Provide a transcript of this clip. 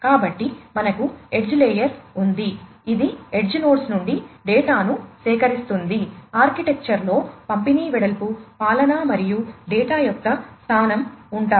కాబట్టి మనకు edge layer నుండి డేటాను సేకరిస్తుంది ఆర్కిటెక్చర్ లో పంపిణీ గురించి పాలన మరియు డేటా యొక్క స్థానం ఉంటాయి